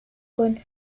con